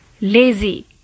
lazy